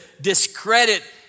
discredit